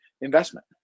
investment